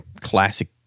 classic